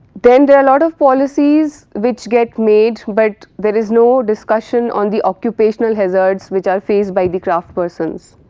then there are lot of policies which get made but there is no discussion on the occupational hazards which are faced by the craft persons.